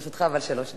לרשותך, אבל, שלוש דקות.